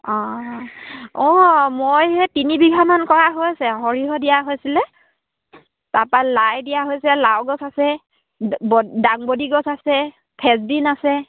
অঁ অঁ মই সেই তিনি বিঘামান কৰা হৈছে সৰিয়হ দিয়া হৈছিলে তাৰপৰা লাই দিয়া হৈছে লাও গছ আছে ব ডাংবডি গছ আছে ফ্ৰেঞ্চবিন আছে